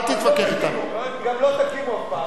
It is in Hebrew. גם לא תקימו אף פעם.